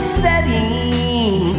setting